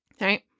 Right